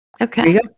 Okay